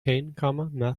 heroine